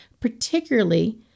particularly